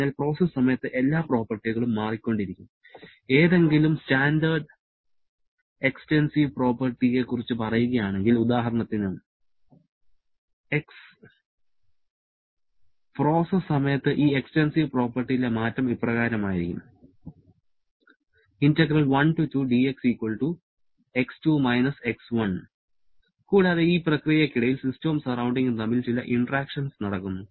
അതിനാൽ പ്രോസസ്സ് സമയത്ത് എല്ലാ പ്രോപ്പർട്ടികളും മാറിക്കൊണ്ടിരിക്കുന്നു ഏതെങ്കിലും സ്റ്റാൻഡേർഡ് എക്സ്ടെൻസിവ് പ്രോപ്പർട്ടിയെക്കുറിച്ച് പറയുകയാണെങ്കിൽ ഉദാഹരണത്തിന് X പ്രോസസ്സ് സമയത്ത് ഈ എക്സ്ടെൻസിവ് പ്രോപ്പർട്ടിയിലെ മാറ്റം ഇപ്രകാരമായിരിക്കും കൂടാതെ ഈ പ്രക്രിയയ്ക്കിടയിൽ സിസ്റ്റവും സറൌണ്ടിങ്ങും തമ്മിൽ ചില ഇന്ററാക്ഷൻസ് നടക്കുന്നു